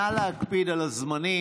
נא להקפיד על הזמנים.